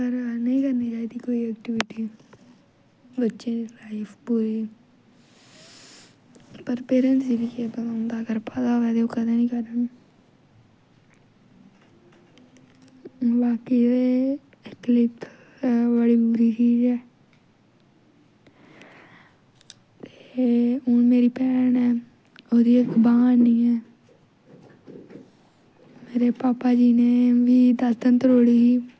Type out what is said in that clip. पर नेईं करनी चाहिदी कोई ऐक्टिविटी बच्चें दी लाइफ पूरी पर पेरैंटस गी बी केह् पता होंदा अगर पता होऐ ते ओह् कदें नी करन बाकी एह् जेह्ड़े ऐकलिप्स ऐ बड़ी बुरी चीज़ ऐ ते हून मेरी भैन ऐ ओह्दी इक बांह् हैनी ऐ मेरे भापा जी ने बी दातन त्रोड़ी ही